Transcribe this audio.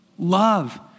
Love